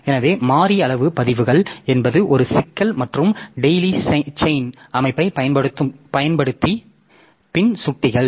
எனவே மாறி அளவு பதிவுகள் என்பது ஒரு சிக்கல் மற்றும் டெய்ஸி செயின் அமைப்பைப் பயன்படுத்தி பின் சுட்டிகள்